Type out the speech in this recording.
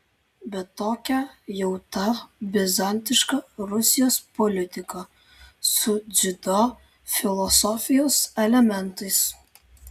bet tokia jau ta bizantiška rusijos politika su dziudo filosofijos elementais